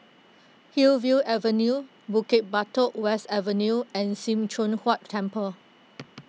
Hillview Avenue Bukit Batok West Avenue and Sim Choon Huat Temple